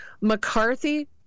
McCarthy